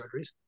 surgeries